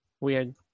weird